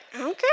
okay